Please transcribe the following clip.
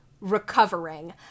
recovering